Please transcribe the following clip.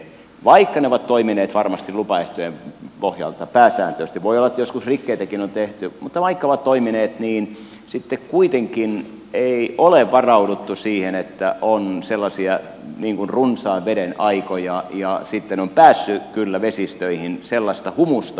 vaikka on toimittu varmasti lupaehtojen pohjalta pääsääntöisesti voi olla että joskus rikkeitäkin on tehty mutta vaikka on toimittu lupaehtojen pohjalta niin sitten kuitenkaan ei ole varauduttu siihen että on sellaisia runsaan veden aikoja ja sitten on kyllä päässyt vesistöihin humusta